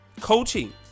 Coaching